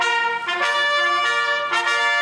(חברי הכנסת מכבדים בקימה את